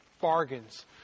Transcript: bargains